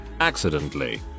Accidentally